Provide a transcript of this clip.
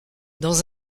dans